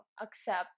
accept